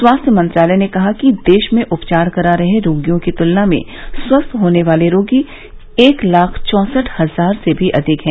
स्वास्थ्य मंत्रालय ने कहा है कि देश में उपचार करा रहे रोगियों की तुलना में स्वस्थ होने वाले रोगी एक लाख चौंसठ हजार से भी अधिक हैं